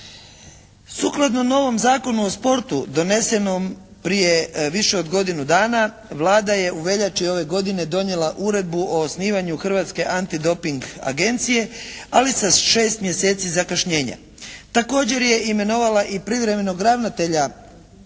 Sukladno novom Zakonu o sportu donesenom prije više od godinu dana Vlada je u veljači ove godine donijela Uredbu u osnivanju Hrvatske antidoping agencije, ali sa šest mjeseci zakašnjenja. Također je i imenovala i privremenog ravnatelja hrvatske